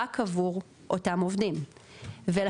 רק עבור אותם עובדים ולכן,